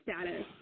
status